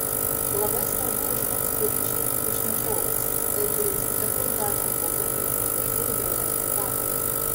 labai svarbu užmegzti ryšį su pašnekovais tai turės įtakos darbo pokalbio eigai ir jo rezultatui